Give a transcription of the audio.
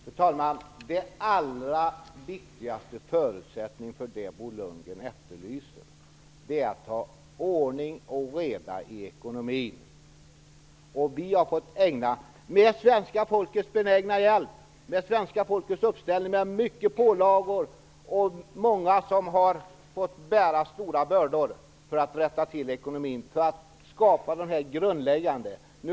Fru talman! Den allra viktigaste förutsättningen för det Bo Lundgren efterlyser är att ha ordning och reda i ekonomin. Vi har fått svenska folkets benägna hjälp. Svenska folket har ställt upp på stora pålagor och många har fått bära stora bördor för att rätta till ekonomin och för att skapa de här grundläggande förutsättningarna.